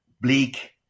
bleak